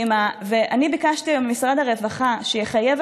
ואני ביקשתי היום ממשרד הרווחה שיחייב